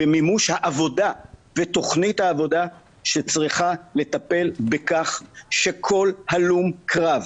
במימוש העבודה ותוכנית העבודה שצריכה לטפל בכך שכל הלום קרב,